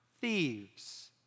thieves